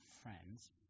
friends